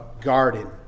garden